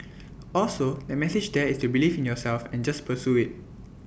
also the message there is to believe in yourself and just pursue IT